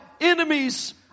enemies